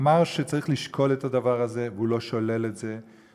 אמר שצריך לשקול את הדבר הזה והוא לא שולל את זה,